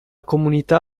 comunità